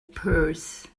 purse